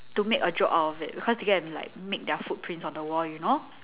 to make a joke out of it because they go and like make their footprints on the wall you know